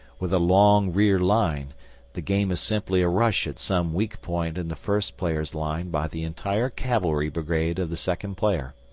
with a long rear line the game is simply a rush at some weak point in the first player's line by the entire cavalry brigade of the second player.